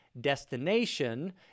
destination